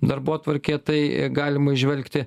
darbotvarkė tai galima įžvelgti